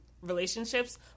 relationships